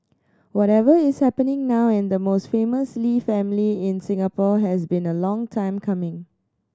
whatever is happening now in the most famous Lee family in Singapore has been a long time coming